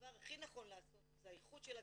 שהדבר הכי נכון לעשות זה האיחוד של הקהילות,